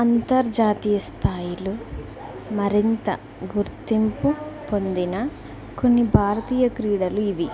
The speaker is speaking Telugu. అంతర్జాతీయ స్థాయిలో మరింత గుర్తింపు పొందిన కొన్ని భారతీయ క్రీడలు ఇవి